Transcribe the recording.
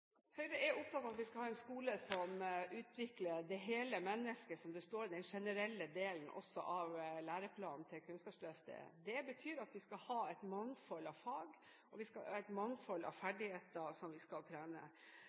Høyre er opptatt av at vi skal ha en skole som utvikler det hele mennesket, som det står i den generelle delen av læreplanen til Kunnskapsløftet. Det betyr at vi skal ha et mangfold av fag, og vi skal ha et mangfold av ferdigheter som vi skal trene.